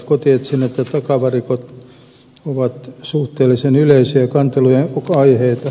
kotietsinnät ja takavarikot ovat suhteellisen yleisiä kantelun aiheita